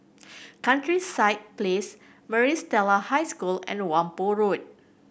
Countryside Place Maris Stella High School and Whampoa Road